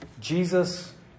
Jesus